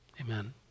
Amen